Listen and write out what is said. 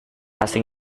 asing